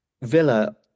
Villa